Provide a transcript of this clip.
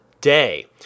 day